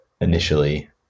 initially